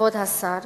כבוד השר,